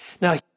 Now